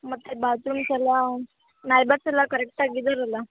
ಮತ್ತೆ ಬಾತ್ರೂಮ್ಸೆಲ್ಲ ನೈಬರ್ಸೆಲ್ಲ ಕರೆಕ್ಟಾಗಿ ಇದ್ದೀರಲ್ವ